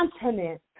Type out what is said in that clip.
continent